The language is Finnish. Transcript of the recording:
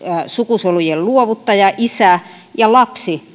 sukusolujen luovuttaja isä ja lapsi